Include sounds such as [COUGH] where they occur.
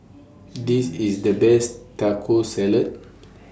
[NOISE] This IS The Best Taco Salad